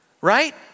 right